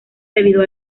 debido